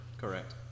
Correct